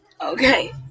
Okay